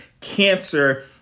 cancer